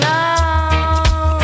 Now